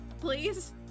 please